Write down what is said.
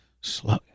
Slow